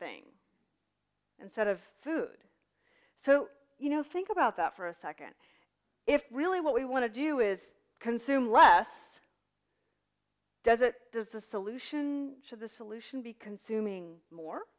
thing and set of food so you know think about that for a second if really what we want to do is consume less does it does the solution to the solution be consuming more